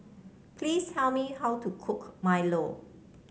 please tell me how to cook Milo